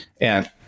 and-